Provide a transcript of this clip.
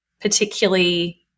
particularly